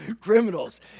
Criminals